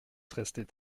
restait